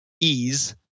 ease